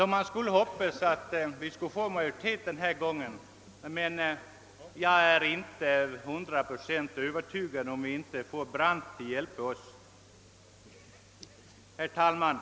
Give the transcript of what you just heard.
Vi hoppas därför få majoritet denna gång, men jag är inte övertygad om att det går om vi inte får herr Brandt till hjälp. Herr talman!